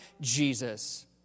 Jesus